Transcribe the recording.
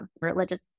religious